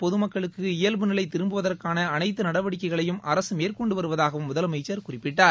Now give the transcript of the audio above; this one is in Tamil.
பொதுமக்களுக்கு இயல்பு நிலை திரும்புவதற்கான அனைத்து நடவடிக்கைகளையும் அரசு மேற்கொண்டு வருவதாகவும் முதலமைச்சர் குறிப்பிட்டார்